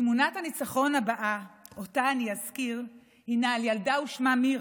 תמונת הניצחון הבאה שאותה אזכיר היא על ילדה ושמה מירה,